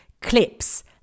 clips